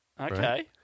Okay